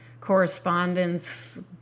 correspondence